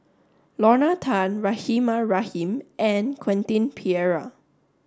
Lorna Tan Rahimah Rahim and Quentin Pereira